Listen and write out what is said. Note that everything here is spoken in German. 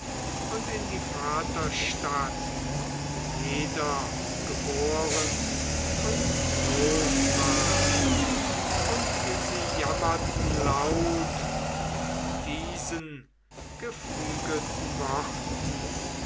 und in die vaterstadt wo jeder geboren und groß ward und sie jammerten laut mit diesen geflügelten worten